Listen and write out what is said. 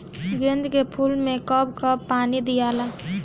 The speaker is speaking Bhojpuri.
गेंदे के फूल मे कब कब पानी दियाला?